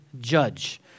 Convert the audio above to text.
judge